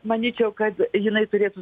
manyčiau kad jinai turėtų